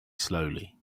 slowly